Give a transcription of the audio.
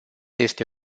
este